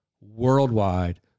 worldwide